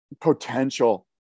potential